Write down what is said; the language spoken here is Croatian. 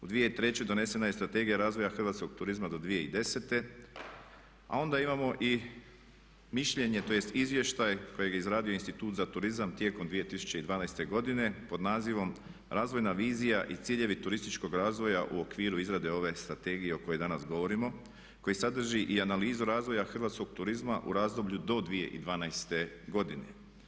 U 2003. donesena je Strategija razvoja hrvatskog turizma do 2010. a onda imamo mišljenje tj. izvještaj kojeg je izradio Institut za turizam tijekom 2012. godine pod nazivom Razvojna vizija i ciljevi turističkog razvoja u okviru izrade ove Strategije o kojoj danas govorimo koji sadrži i analizu razvoja hrvatskog turizma u razdoblju od 2012. godine.